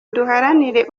duharanire